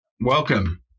welcome